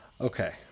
Okay